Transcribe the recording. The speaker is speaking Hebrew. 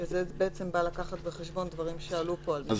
שזה בעצם בא לקחת בחשבון דברים שעלו פה על משפחות.